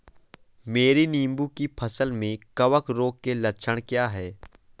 मेरी नींबू की फसल में कवक रोग के लक्षण क्या है?